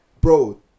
bro